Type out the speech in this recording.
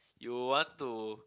you will want to